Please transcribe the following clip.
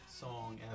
song